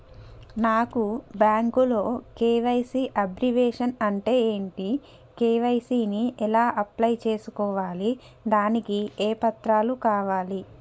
నాకు బ్యాంకులో KYC abbreviation అంటే ఏంటి కే.వై.సీ ని ఎలా అప్లై చేసుకోవాలి దానికి ఏ పత్రాలు కావాలి?